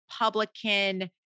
Republican